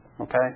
Okay